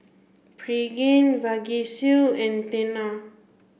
Pregain Vagisil and Tena